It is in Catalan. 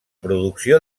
producció